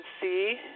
see